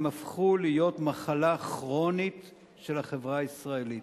הם הפכו להיות מחלה כרונית של החברה הישראלית.